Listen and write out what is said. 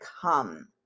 come